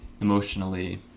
emotionally